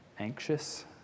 anxious